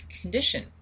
condition